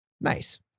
Nice